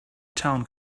town